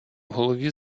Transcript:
голові